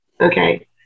okay